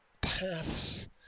paths